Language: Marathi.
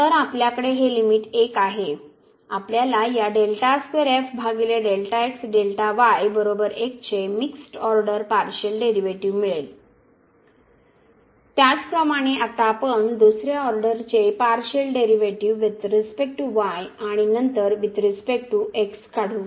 तर आपल्याला या चे मिक्स्ड ऑर्डर पार्शिअल डेरीवेटीव मिळेल त्याचप्रमाणे आता आपण दुसऱ्या ऑर्डर चे partial derivative with respect to y आणि नंतर वुईथ रिस्पेक्ट टू काढू